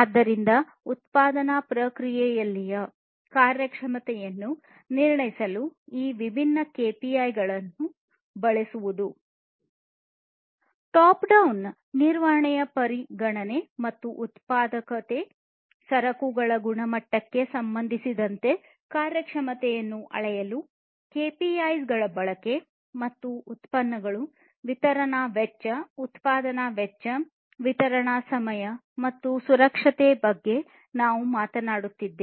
ಆದ್ದರಿಂದ ಉತ್ಪಾದನಾ ಪ್ರಕ್ರಿಯೆಯಲ್ಲಿನ ಕಾರ್ಯಕ್ಷಮತೆಯನ್ನು ನಿರ್ಣಯಿಸಲು ಈ ವಿಭಿನ್ನ ಕೆಪಿಐ ಗಳನ್ನು ಬಳಸಿ ಟಾಪ್ ಡೌನ್ ನಿರ್ವಹಣೆಯ ಪರಿಗಣನೆ ಮತ್ತು ಉತ್ಪಾದಕತೆ ಸರಕುಗಳ ಗುಣಮಟ್ಟಕ್ಕೆ ಉತ್ಪನ್ನಗಳು ವಿತರಣಾ ವೆಚ್ಚ ಉತ್ಪಾದನಾ ವೆಚ್ಚ ವಿತರಣಾ ಸಮಯ ಮತ್ತು ಸುರಕ್ಷತೆ ಸಂಬಂಧಿಸಿದಂತೆ ಕಾರ್ಯಕ್ಷಮತೆಯನ್ನು ಅಳೆಯಲು